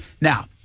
Now